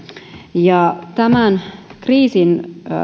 ja tämän kriisin